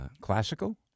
Classical